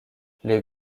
les